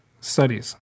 studies